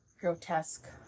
grotesque